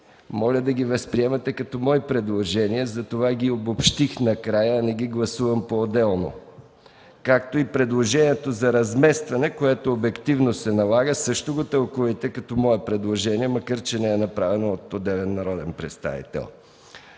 моля да възприемете като мои предложения. Затова ги обобщих накрая, а не ги подлагам на гласуване поотделно, както и предложението за разместване, което обективно се налага. Него също го тълкувайте като мое предложение, макар че не е направено от отделен народен представител.